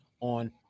on